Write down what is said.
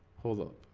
hold up?